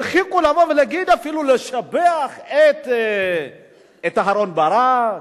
הרחיקו להגיד ואפילו לשבח את אהרן ברק,